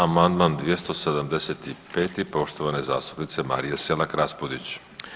Amandman 275. poštovane zastupnice Marije SElak Raspudić.